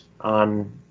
on